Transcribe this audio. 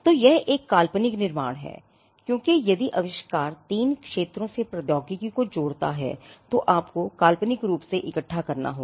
तो यह एक काल्पनिक निर्माण है क्योंकि यदि आविष्कार तीन क्षेत्रों से प्रौद्योगिकी को जोड़ता है तो आपको काल्पनिक रूप से इकट्ठा करना होगा